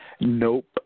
Nope